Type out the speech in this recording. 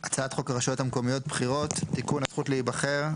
הצעת חוק הרשויות המקומיות (בחירות) (תיקון הזכות להיבחר),